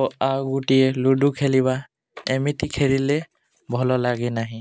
ଓ ଆଉ ଗୋଟିଏ ଲୁଡ଼ୁ ଖେଲିବା ଏମିତି ଖେଳିଲେ ଭଲ ଲାଗେ ନାହିଁ